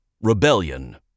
Rebellion